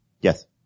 Yes